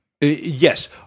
Yes